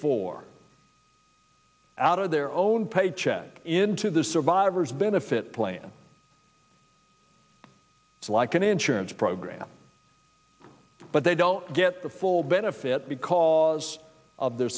for out of their own pay check into the survivors benefit plan like an insurance program but they don't get the full benefits because of their